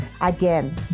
Again